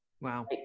Wow